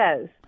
says